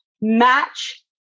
match